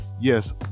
Yes